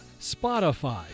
Spotify